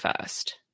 first